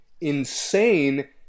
insane